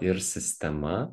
ir sistema